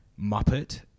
Muppet